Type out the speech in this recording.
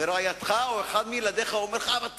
ורעייתך או אחד מילדיך אומר לך: אבא,